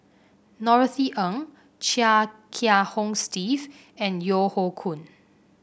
Norothy Ng Chia Kiah Hong Steve and Yeo Hoe Koon